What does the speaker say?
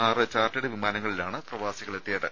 ആറ് ചാർട്ടേഡ് വിമാനങ്ങളിലാണ് പ്രവാസികൾ എത്തിയത്